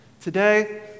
today